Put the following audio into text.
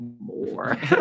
more